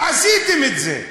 עשיתם את זה,